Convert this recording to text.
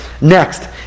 Next